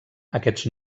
aquests